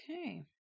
Okay